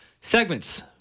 segments